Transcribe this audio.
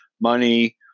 money